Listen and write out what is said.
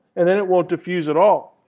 and then it won't diffuse at all.